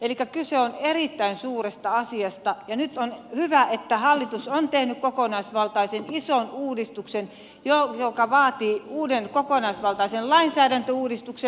elikkä kyse on erittäin suuresta asiasta ja nyt on hyvä että hallitus on tehnyt kokonaisvaltaisen ison uudistuksen joka vaatii uuden kokonaisvaltaisen lainsäädäntöuudistuksen